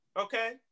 okay